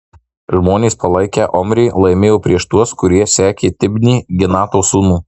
žmonės palaikę omrį laimėjo prieš tuos kurie sekė tibnį ginato sūnų